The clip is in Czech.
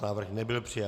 Návrh nebyl přijat.